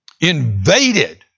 invaded